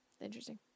Interesting